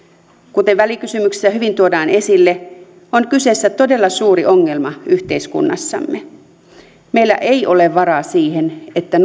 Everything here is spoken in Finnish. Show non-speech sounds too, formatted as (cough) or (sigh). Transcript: kuten välikysymyksessä hyvin tuodaan esille on kyseessä todella suuri ongelma yhteiskunnassamme meillä ei ole varaa siihen että (unintelligible)